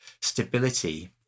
stability